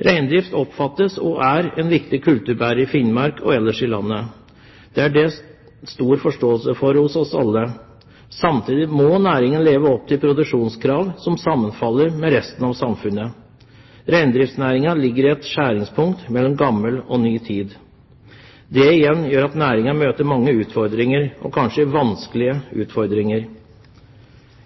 Reindrift oppfattes som, og er, en viktig kulturbærer i Finnmark og ellers i landet. Det er det stor forståelse for hos oss alle. Samtidig må næringen leve opp til produksjonskrav som sammenfaller med resten av samfunnet. Reindriftsnæringen ligger i et skjæringspunkt mellom gammel og ny tid. Det igjen gjør at næringen møter mange utfordringer – og kanskje vanskelige utfordringer.